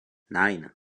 nein